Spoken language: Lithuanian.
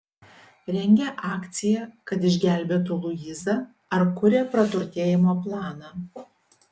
rengia akciją kad išgelbėtų luizą ar kuria praturtėjimo planą